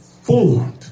formed